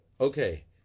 okay